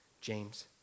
James